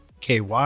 KY